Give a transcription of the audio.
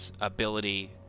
ability